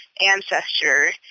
ancestor